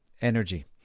energy